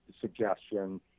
suggestion